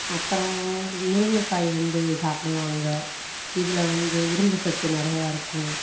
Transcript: அப்புறம் முருங்கைக்காய வந்து சாப்பிடுவாங்க இதில் வந்து இரும்பு சத்து நிறையா இருக்கும்